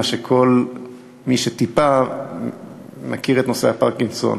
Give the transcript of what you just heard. מה שכל מי שטיפה מכיר את נושא הפרקינסון